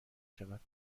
شود